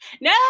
No